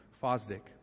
Fosdick